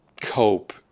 cope